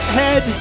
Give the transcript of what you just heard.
head